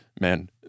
man